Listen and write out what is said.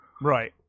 Right